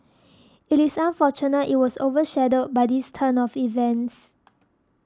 it is unfortunate it was over shadowed by this turn of events